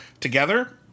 together